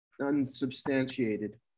unsubstantiated